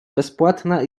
bezpłatna